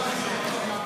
לוועדת החוקה,